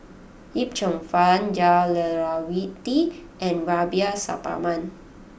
Yip Cheong Fun Jah Lelawati and Rubiah Suparman